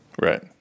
Right